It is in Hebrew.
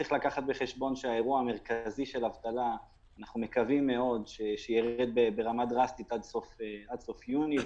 אנחנו מקווים שהאירוע המרכזי של האבטלה ירד ברמה דרסטית עד סוף יוני,